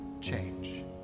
change